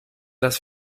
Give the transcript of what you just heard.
das